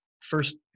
First